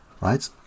right